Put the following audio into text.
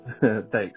Thanks